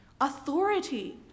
Authority